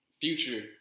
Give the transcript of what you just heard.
Future